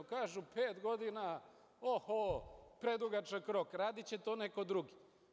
Kažu – pet godina, oho, predugačak rok, radiće to neko drugi.